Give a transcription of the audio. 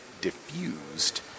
diffused